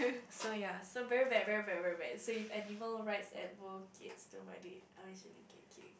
so ya so very bad very bad very bad so if animal rights advocates don't ride it I'm actually thinking